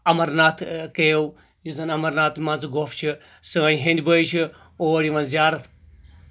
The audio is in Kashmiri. امرناتھ کیو یُس زَن امرناتھ مان زٕ گوٚپھ چھِ سٲنۍ ہیٚنٛدۍ باے چھِ اور یِوان زِیارَت